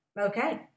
Okay